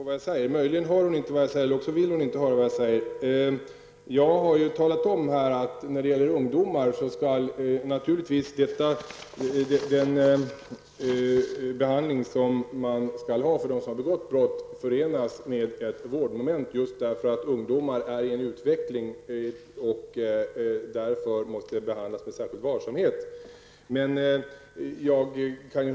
Herr talman! Antingen hör inte Berith Eriksson vad jag säger eller också vill hon inte höra. Jag har bl.a. sagt att behandlingen av unga människor som har begått brott skall förenas med ett vårdmoment. Ungdomar befinner sig ju i utveckling och måste därför behandlas med särskild varsamhet.